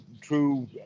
true